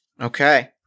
Okay